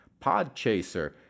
Podchaser